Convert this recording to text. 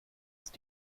ist